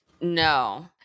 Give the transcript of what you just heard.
No